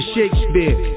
Shakespeare